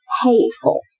hateful